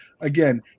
Again